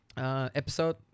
episode